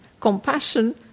compassion